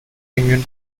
immune